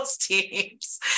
teams